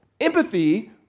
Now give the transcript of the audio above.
Empathy